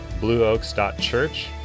blueoaks.church